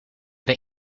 naar